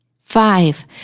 Five